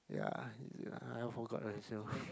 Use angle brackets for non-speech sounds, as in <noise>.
ya is it ah I forgot already <noise>